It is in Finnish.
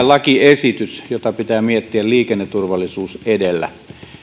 lakiesitys jota pitää miettiä liikenneturvallisuus edellä